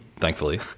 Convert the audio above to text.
thankfully